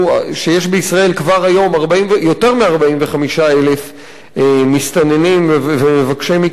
שיש בישראל כבר היום יותר מ-45,000 מסתננים ומבקשי מקלט,